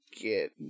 get